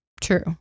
True